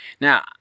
now